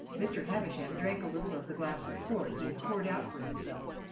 mr. havisham drank a little of the glass of port he had poured out for himself,